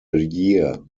year